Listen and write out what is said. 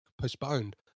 postponed